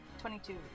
Twenty-two